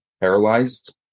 paralyzed